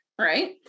Right